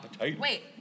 Wait